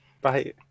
Bye